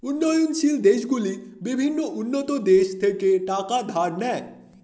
উন্নয়নশীল দেশগুলি বিভিন্ন উন্নত দেশ থেকে টাকা ধার নেয়